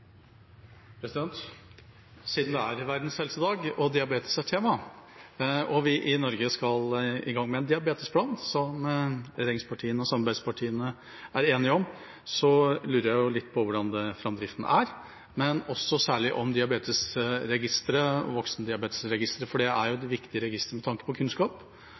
Siden det er Verdens helsedag, og diabetes er tema, og vi i Norge skal i gang med en diabetesplan, som regjeringspartiene og samarbeidspartiene er enige om, så lurer jeg litt på hvordan framdriften er – særlig når det gjelder diabetesregisteret, voksendiabetesregisteret, for det er et viktig register med tanke på kunnskap.